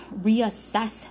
Reassess